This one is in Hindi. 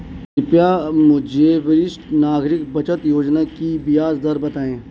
कृपया मुझे वरिष्ठ नागरिक बचत योजना की ब्याज दर बताएं